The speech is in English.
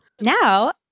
Now